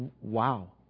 wow